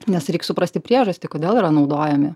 nes reik suprasti priežastį kodėl yra naudojami